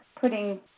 putting